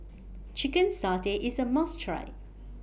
Chicken Satay IS A must Try